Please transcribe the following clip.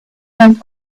find